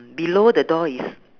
below the door is